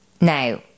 Now